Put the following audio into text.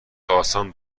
آسان